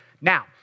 Now